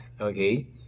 okay